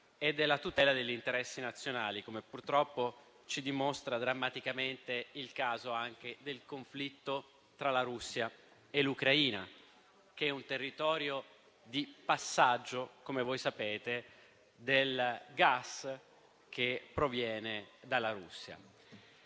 e della tutela degli interessi nazionali, come purtroppo ci dimostra drammaticamente il caso del conflitto tra la Russia e l'Ucraina, che è un territorio di passaggio del gas che proviene dalla Russia.